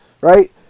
right